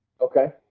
Okay